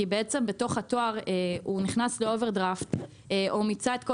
כי בעצם בתוך התואר הוא נכנס לאוברדרפט או מיצה את כל